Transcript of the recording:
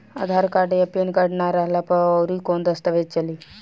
आधार card आ PAN card ना रहला पर अउरकवन दस्तावेज चली?